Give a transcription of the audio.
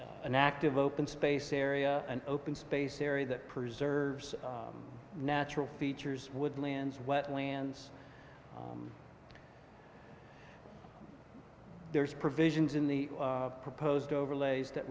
an active open space area an open space area that preserves natural features woodlands wetlands there's provisions in the proposed overlays that